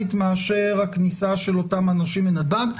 מאשר הכניסה של אותם אנשים מנתב"ג.